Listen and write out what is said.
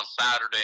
Saturday